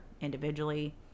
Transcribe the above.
Individually